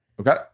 Okay